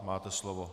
Máte slovo.